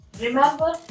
Remember